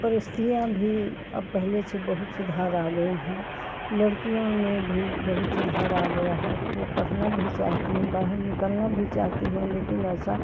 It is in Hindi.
परिस्थितियाँ भी अब पहले से बहुत सुधार आ गई हैं लड़कियों में भी बहुत सुधार आ गया है वह पढ़ना भी चाहती हैं बाहर निकलना भी चाहती हैं लेकिन ऐसा